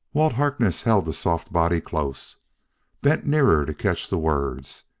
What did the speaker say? walt harkness held the soft body close bent nearer to catch the words.